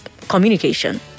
communication